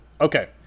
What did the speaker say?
Okay